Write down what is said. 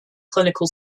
clinical